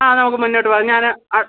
ആ നമുക്ക് മുന്നോട്ട് പോവാം ഞാൻ